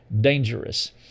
dangerous